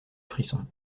frisson